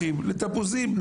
תפוחים לתפוזים.